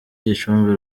gicumbi